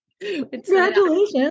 Congratulations